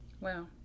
Wow